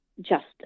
justice